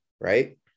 right